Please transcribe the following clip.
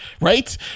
right